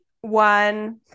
one